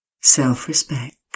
Self-respect